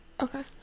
Okay